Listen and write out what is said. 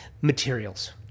materials